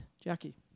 Jackie